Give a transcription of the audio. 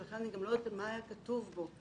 אני גם לא יודעת מה היה כתוב בו.